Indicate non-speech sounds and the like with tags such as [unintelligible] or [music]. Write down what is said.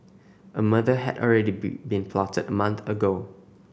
a murder had already [unintelligible] been plotted a month ago